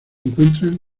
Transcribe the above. encuentran